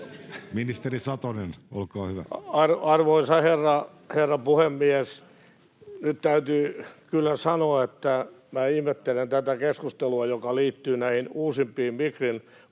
Ministeri Satonen, olkaa hyvä. Arvoisa herra puhemies! Nyt täytyy kyllä sanoa, että minä ihmettelen tätä keskustelua, joka liittyy näihin uusimpiin Migrin lukuihin,